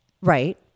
Right